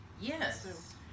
Yes